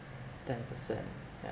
ten percent yeah